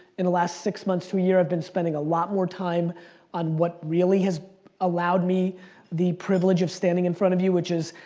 in the last six months to a year i've been spending a lot more time on what really has allowed me the privilege of standing in front of you which is,